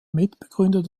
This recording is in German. mitbegründer